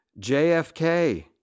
JFK